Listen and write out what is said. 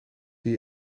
die